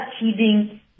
achieving